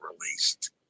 released